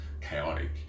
chaotic